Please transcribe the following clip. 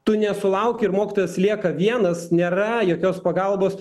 tu nesulauki ir mokytojas lieka vienas nėra jokios pagalbos